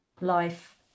life